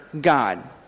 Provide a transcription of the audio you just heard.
God